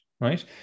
right